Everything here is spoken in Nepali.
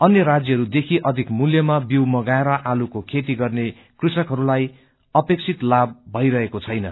अन्य राज्यहरू देखि अधिक मूल्यामा बिऊ मंगाएर आलुको खेती गर्ने कृषकहरूलाई अपेक्षित लाम्ना भइरहेको छैन